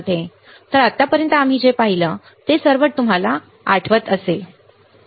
तर आतापर्यंत आम्ही जे काही केले ते सर्व तुम्हाला आठवत असेल